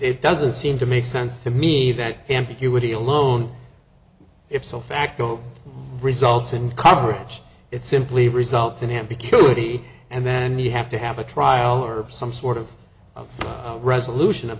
it doesn't seem to make sense to me that he would be alone if so facto results in coverage it simply results in ambiguity and then you have to have a trial or some sort of resolution of